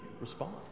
respond